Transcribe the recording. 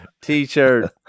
T-shirt